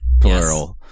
plural